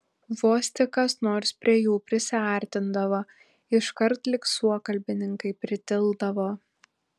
vos tik kas nors prie jų prisiartindavo iškart lyg suokalbininkai pritildavo